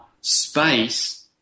space